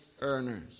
earners